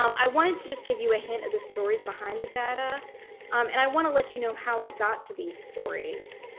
um i wanted to just give you a hint of the stories behind the data and i want to let you know how i got to these stories.